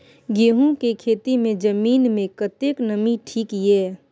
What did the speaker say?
गहूम के खेती मे जमीन मे कतेक नमी ठीक ये?